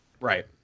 Right